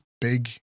big